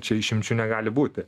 čia išimčių negali būti